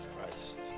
Christ